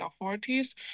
authorities